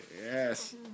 Yes